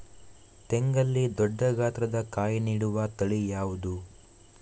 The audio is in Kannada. ತೆಂಗಲ್ಲಿ ದೊಡ್ಡ ಗಾತ್ರದ ಕಾಯಿ ನೀಡುವ ತಳಿ ಯಾವುದು?